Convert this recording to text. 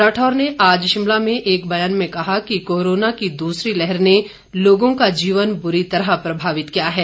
राठौर ने आज शिमला में एक बयान में कहा कि कोरोना की दूसरी लहर ने लोगों का जीवन बुरी तरह प्रभावित किया है